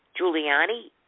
Giuliani